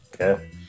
Okay